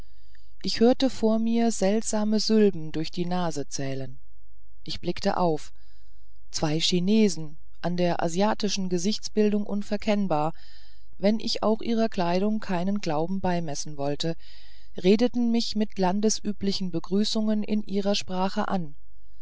ich hörte vor mir seltsame sylben durch die nase zählen ich blickte auf zwei chinesen an der asiatischen gesichtsbildung unverkennbar wenn ich auch ihrer kleidung keinen glauben beimessen wollte redeten mich mit landesüblichen begrüßungen in ihrer sprache an